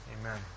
Amen